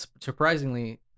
surprisingly